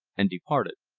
and departed.